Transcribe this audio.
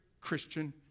Christian